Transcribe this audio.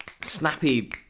snappy